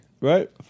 Right